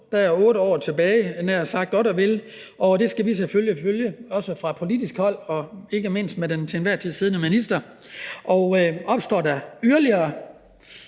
de år, der vil gå – der er godt og vel 8 år tilbage. Det skal vi selvfølgelig følge fra politisk hold, ikke mindst af den til enhver tid siddende minister. Opstår der yderligere